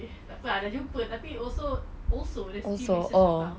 tak apa lah dah jumpa tapi also and also there's a deep research about